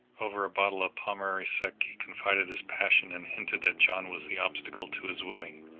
over a bottle of pommery sec he confided his passion, and hinted that john was the obstacle to his wooing.